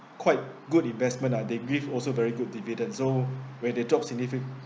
quite good investment ah they give also very good dividend so when they drop significant